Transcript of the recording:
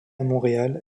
montréal